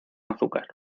azúcar